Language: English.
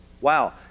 Wow